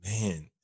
Man